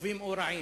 טובים או רעים.